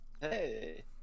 Hey